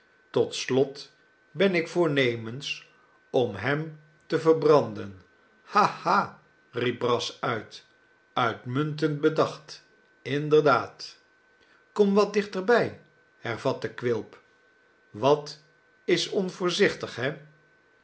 tot slot ben ik voornemens om hem te verbranden ha ha riep brass uit uitmuntend bedacht inderdaad kom wat dichter bij hervatte quilp wat is onvoorzichtig he